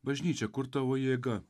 bažnyčia kur tavo jėga